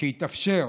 כשיתאפשר,